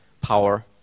power